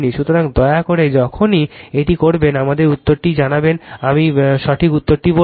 সুতরাং দয়া করে যখনই এটি করবেন আমাদের উত্তরটি জানাবেন আমি সঠিক উত্তরটি বলব